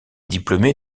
diplômé